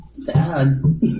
Sad